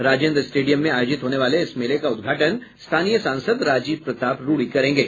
Rajendra stadium में आयोजित होने वाले इस मेले का उद्घाटन स्थानीय सांसद राजीव प्रताप रूड़ी करेंगे